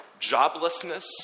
joblessness